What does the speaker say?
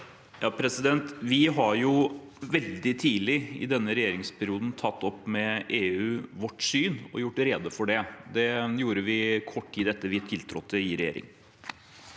Vi har veldig tidlig i denne regjeringsperioden tatt opp med EU vårt syn og gjort rede for det. Det gjorde vi kort tid etter at vi tiltrådte i regjering.